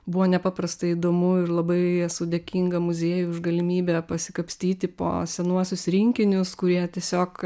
buvo nepaprastai įdomu ir labai esu dėkinga muziejui už galimybę pasikapstyti po senuosius rinkinius kurie tiesiog